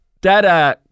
Dada